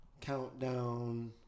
countdown